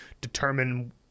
determine